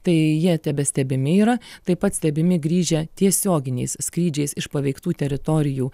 tai jie tebestebemi yra taip pat stebimi grįžę tiesioginiais skrydžiais iš paveiktų teritorijų